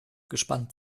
gespannt